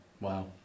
Wow